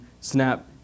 snap